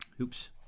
oops